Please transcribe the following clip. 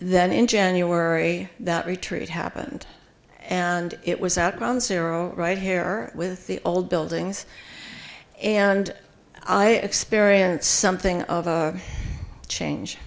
then in january that retreat happened and it was out ground zero right here with the old buildings and i experience something of a change